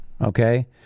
okay